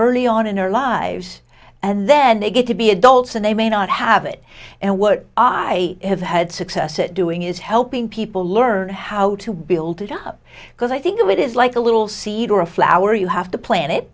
early on in their lives and then they get to be adults and they may not have it and what i have had success at doing is helping people learn how to build it up because i think of it is like a little seed or a flower you have to plan it